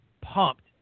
pumped